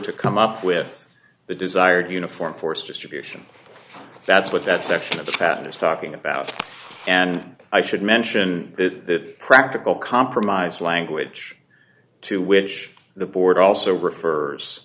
to come up with the desired uniform force distribution that's what that section of the patent is talking about and i should mention that practical compromise language to which the board also